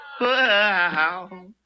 wow